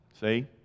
See